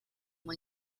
uma